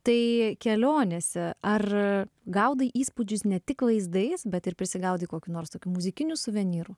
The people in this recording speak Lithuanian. tai kelionėse ar gaudai įspūdžius ne tik vaizdais bet ir prisigaudai kokių nors tokių muzikinių suvenyrų